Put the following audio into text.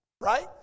right